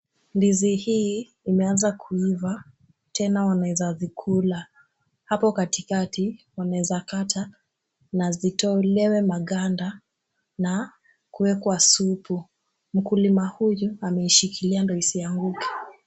Ndizi hii imeanza kuiva tena wanaeza zikula. Hapo katikati wanaezakata na zitolewe maganda na kuekwa supu . Mkulima huyu ameishikilia ndio isianguke.